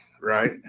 right